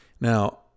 Now